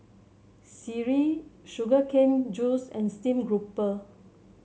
sireh Sugar Cane Juice and stream grouper